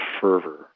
fervor